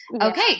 Okay